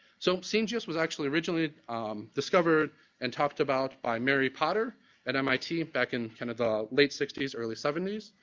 so scene gist was actually originally discovered and talked about by mary potter at mit back in kind of the late sixty s early seventy s.